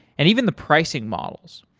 and even the pricing models.